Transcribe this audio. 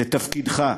זה תפקידך.